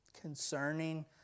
concerning